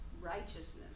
righteousness